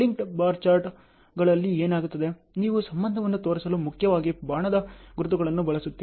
linked bar ಚಾರ್ಟ್ಗಳಲ್ಲಿ ಏನಾಗುತ್ತದೆ ನೀವು ಸಂಬಂಧವನ್ನು ತೋರಿಸಲು ಮುಖ್ಯವಾಗಿ ಬಾಣದ ಗುರುತುಗಳನ್ನು ಬಳಸುತ್ತೀರಿ